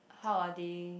how are they